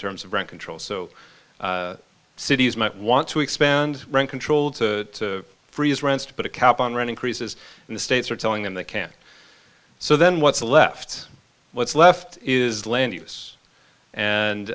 terms of rent control so cities might want to expand rent control to freeze rents to put a cap on run increases and the states are telling them they can't so then what's left what's left is land